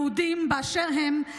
יהודים באשר הם,